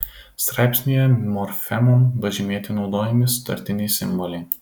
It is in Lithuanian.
straipsnyje morfemom pažymėti naudojami sutartiniai simboliai